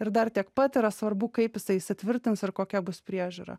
ir dar tiek pat yra svarbu kaip jisai įsitvirtins ir kokia bus priežiūra